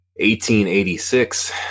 1886